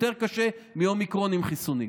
יותר קשה מאומיקרון עם חיסונים,